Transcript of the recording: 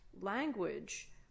language